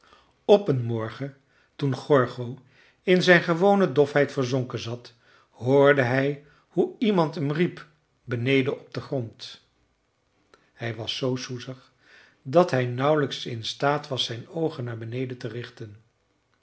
op een morgen toen gorgo in zijn gewone dofheid verzonken zat hoorde hij hoe iemand hem riep beneden op den grond hij was zoo soezig dat hij nauwelijks in staat was zijn oogen naar beneden te richten